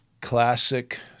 classic